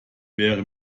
wäre